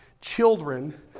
Children